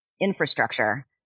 infrastructure